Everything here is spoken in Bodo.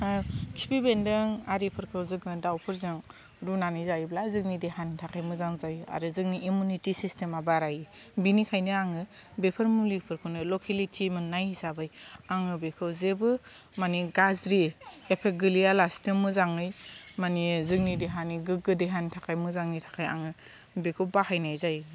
खिफि बेन्दों आरिफोरखौ जोङो दाउफोरजों रुनानै जायोब्ला जोंनि देहानि थाखाय मोजां जायो आरो जोंनि इमिउनिटि सिस्टेमा बारायो बिनिखायनो आङो बेफोर मुलिफोरखौनो लकेलिटि मोननाय हिसाबै आङो बेखौ जेबो मानि गाज्रि एफेक्ट गोलैया लासिनो मोजाङै मानि जोंनि देहानि गोगो देहानि थाखाय मोजांनि थाखाय आङो बेखौ बाहायनाय जायो